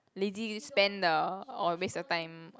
lazily spend the or waste your time